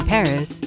Paris